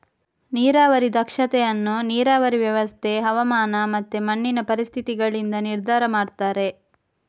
ನೀರಾವರಿ ದಕ್ಷತೆ ಅನ್ನು ನೀರಾವರಿ ವ್ಯವಸ್ಥೆ, ಹವಾಮಾನ ಮತ್ತೆ ಮಣ್ಣಿನ ಪರಿಸ್ಥಿತಿಗಳಿಂದ ನಿರ್ಧಾರ ಮಾಡ್ತಾರೆ